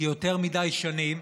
כי יותר מדי שנים,